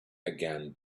again